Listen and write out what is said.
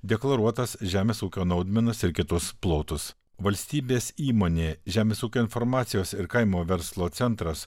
deklaruotas žemės ūkio naudmenas ir kitus plotus valstybės įmonė žemės ūkio informacijos ir kaimo verslo centras